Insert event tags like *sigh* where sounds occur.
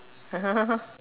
*laughs*